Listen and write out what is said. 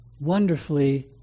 wonderfully